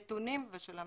הנתונים ושל המצב.